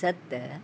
सत